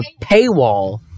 paywall